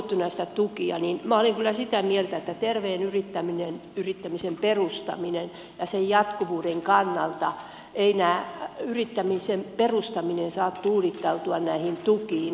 minä olen kyllä sitä mieltä että terveen yrittämisen perustamisen ja sen jatkuvuuden kannalta ei yrittämisen perustaminen saa tuudittautua näihin tukiin